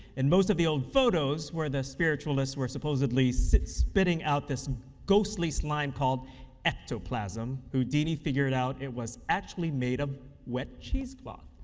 and most of the old photos where the spiritualists were supposedly so spitting out this and ghostly slime called ectoplasm, houdini figured out it was actually made of wet cheesecloth.